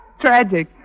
Tragic